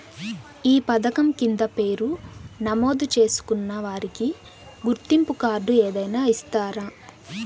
ఈ పథకం కింద పేరు నమోదు చేసుకున్న వారికి గుర్తింపు కార్డు ఏదైనా ఇస్తారా?